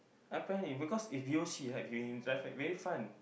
I'm fine because if you see like you in his life very fun